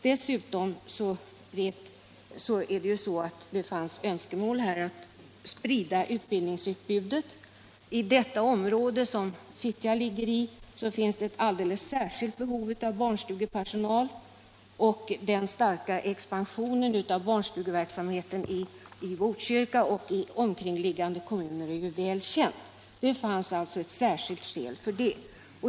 Dessutom Stockholmsregiofanns det önskemål om att sprida utbildningsutbudet. I det område som = nen Fittja ligger i finns det ett alldeles särskilt behov av barnstugepersonal. Den starka expansionen av barnstugeverksamheten i Botkyrka och omkringliggande kommuner är väl känd. Det fanns alltså ett särskilt skäl här.